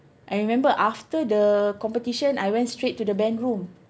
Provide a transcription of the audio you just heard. I remember after the competition I went straight to the band room